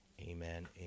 Amen